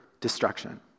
destruction